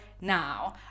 now